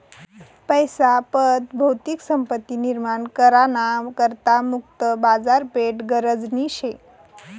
पैसा पत भौतिक संपत्ती निर्माण करा ना करता मुक्त बाजारपेठ गरजनी शे